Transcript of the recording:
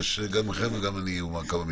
גם שלכם וגם אני אומר כמה מילים.